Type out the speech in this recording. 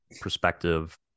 perspective